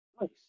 Nice